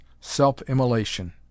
self-immolation